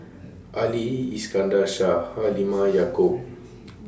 Ali Iskandar Shah Halimah Yacob